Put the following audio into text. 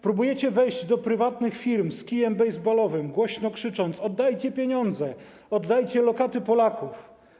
Próbujecie wejść do prywatnych firm z kijem bejsbolowym, głośno krzycząc: oddajcie pieniądze, oddajcie lokaty Polaków.